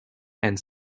and